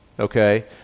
Okay